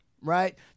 right